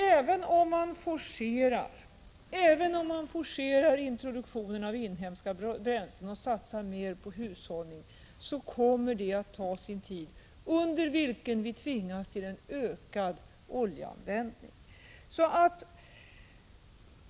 Även om man forcerar introduktionen av inhemska bränslen och satsar mer på hushållning, kommer det att ta sin tid — under vilken vi tvingas till en ökad oljeanvändning.